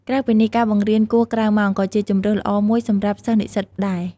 ក្រៅពីនេះ ការបង្រៀនគួរក្រៅម៉ោងក៏ជាជម្រើសល្អមួយសម្រាប់សិស្សនិស្សិតដែរ។